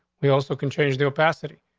we also can change the opacity.